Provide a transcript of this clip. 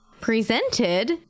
presented